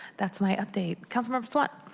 that's my update. councilmember sawant.